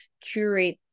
curate